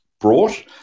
brought